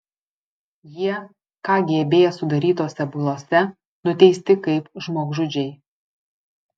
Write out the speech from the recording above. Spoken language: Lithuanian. jie kgb sudarytose bylose nuteisti kaip žmogžudžiai